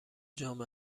جام